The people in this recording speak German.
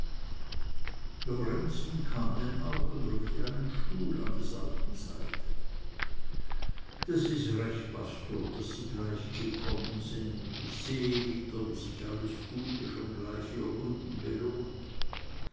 kam denn auch und rückte seinen stuhl an des alten seite das ist recht pastor daß sie gleich gekommen sind und ich sehe wieder wie sich alles gute schon gleich hier unten belohnt